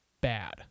bad